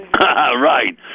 Right